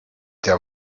der